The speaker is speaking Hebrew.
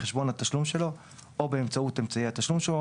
מחשבון התשלום שלו או באמצעות אמצעי התשלום שלו,